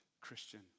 Christian